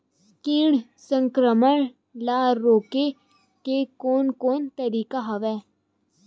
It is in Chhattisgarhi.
कीट संक्रमण ल रोके के कोन कोन तरीका हवय?